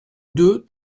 deux